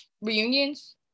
reunions